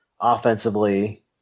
offensively